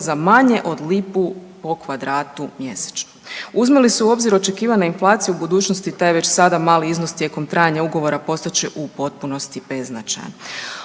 za manje od lipu po kvadratu mjesečno. Uzme li se u obzir očekivana inflacija u budućnosti, taj je već sada mali iznos tijekom trajanja ugovora postat će u potpunosti beznačajan.